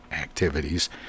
activities